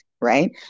right